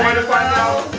to find out,